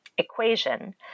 equation